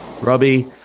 Robbie